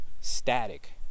static